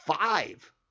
five